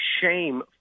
shame